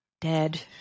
Dead